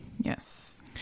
Yes